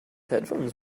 headphones